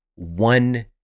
one